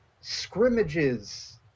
scrimmages